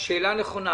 זו שאלה נכונה.